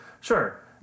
Sure